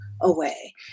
away